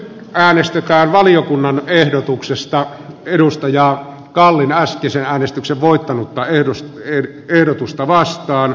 päällystetään valiokunnan ehdotuksesta edustaja galileastisen äänestyksen voittanutta edustaneet ehdotusta vastaan